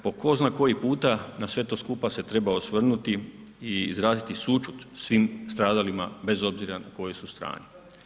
Po tko zna koji puta na sve to skupa se treba osvrnuti i izraziti sućut svim stradalima bez obzira na kojoj su strani.